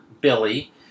Billy